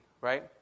right